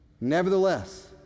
Nevertheless